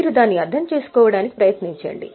మీరు దాన్ని అర్థం చేసుకోవడానికి ప్రయత్నించండి